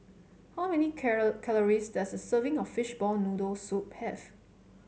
how many calories does a serving of Fishball Noodle Soup have